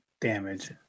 damage